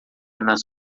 nas